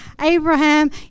Abraham